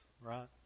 right